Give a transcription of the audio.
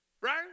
right